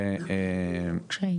הרבה קשיים